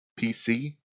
PC